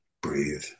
breathe